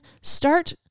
start